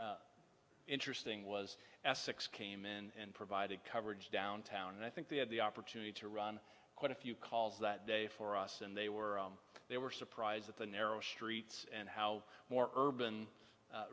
much interesting was essex came in and provided coverage downtown and i think they had the opportunity to run quite a few calls that day for us and they were they were surprised at the narrow streets and how more urban